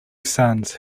sons